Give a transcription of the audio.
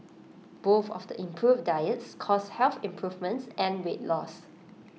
both of the improved diets caused health improvements and weight loss